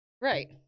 Right